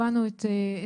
הבנו את הסוגייה.